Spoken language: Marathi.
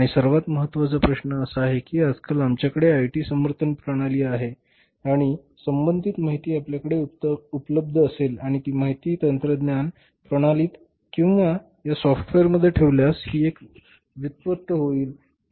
आणि सर्वात महत्वाचा प्रश्न असा आहे की आजकाल आमच्याकडे आयटी समर्थन प्रणाली आहे आणि संबंधित माहिती आपल्याकडे उपलब्ध असेल आणि ती माहिती तंत्रज्ञान प्रणालीत किंवा या सॉफ्टवेअरमध्ये ठेवल्यास ही एक व्युत्पन्न होईल